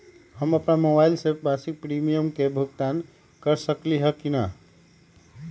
हम अपन मोबाइल से मासिक प्रीमियम के भुगतान कर सकली ह की न?